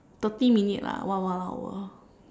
thirty minutes lah what one hour